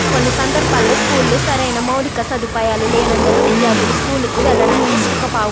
కొన్ని సందర్భాల్లో స్కూల్లో సరైన మౌలిక సదుపాయాలు లేనందున విద్యార్థులు స్కూల్కు వెళ్లడానికి ఇస్టిక్